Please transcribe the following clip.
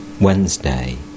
Wednesday